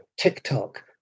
TikTok